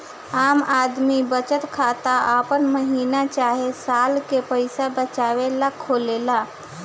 आम आदमी बचत खाता आपन महीना चाहे साल के पईसा बचावे ला खोलेले